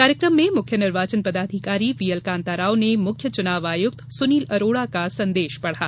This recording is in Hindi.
कार्यक्रम में मुख्य निर्वाचन पदाधिकारी वी एल कांताराव ने मुख्य चुनाव आयुक्त सुनील अरोड़ा का संदेश पढ़ा